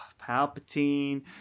Palpatine